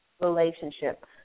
relationship